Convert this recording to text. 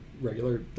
regular